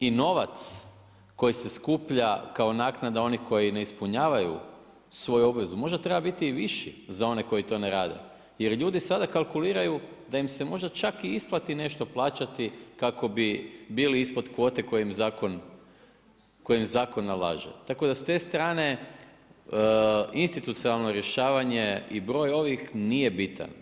I novac koji se skuplja kao naknada onih koji ne ispunjavaju svoju obvezu možda treba biti viši za one koji to ne rade jer ljudi sada kalkuliraju da im se možda čak i isplati nešto plaćati kako bi bili ispod kvote koje im zakon nalaže, tako da s te strane institucionalno rješavanje i broj ovih nije bitan.